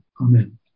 Amen